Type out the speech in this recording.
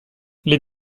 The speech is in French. les